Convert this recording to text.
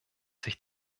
sich